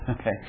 Okay